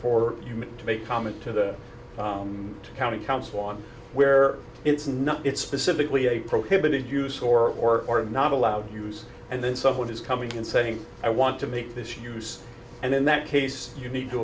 for you to make comments to the county council on where it's not it's specifically a prohibited use or are not allowed to use and then someone has coming in saying i want to make this use and in that case you need to